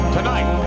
Tonight